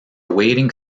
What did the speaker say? awaiting